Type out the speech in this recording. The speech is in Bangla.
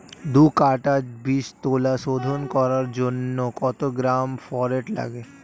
দু কাটা বীজতলা শোধন করার জন্য কত গ্রাম ফোরেট লাগে?